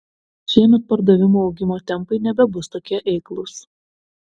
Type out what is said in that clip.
šiemet pardavimų augimo tempai nebebus tokie eiklūs